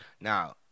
Now